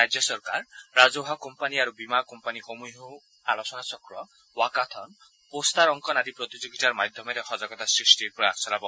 ৰাজ্য চৰকাৰ ৰাজহুৱা কোম্পানী আৰু বীমা কোম্পানীসমূহেও আলোচনাচক্ৰ ৱাকাথন পোষ্টাৰ অংকন আদি প্ৰতিযোগিতাৰ মাধ্যমেৰে সজাগতা সৃষ্টিৰ প্ৰয়াস চলাব